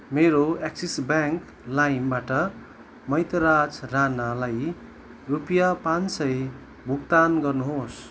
मेरो Axis bank लाइमबाट मैतराज राणालाई रुपियाँ पाँच सय भुक्तान गर्नुहोस्